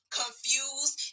confused